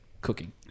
cooking